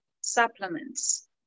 supplements